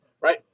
right